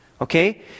Okay